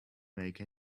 make